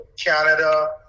Canada